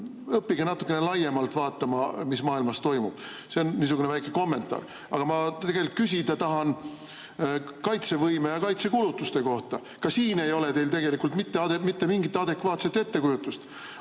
õppige natukene laiemalt vaatama, mis maailmas toimub. See on niisugune väike kommentaar. Aga ma tahan küsida kaitsevõime ja kaitsekulutuste kohta. Ka siin ei ole teil tegelikult mitte mingit adekvaatset ettekujutust.